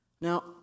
Now